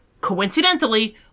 coincidentally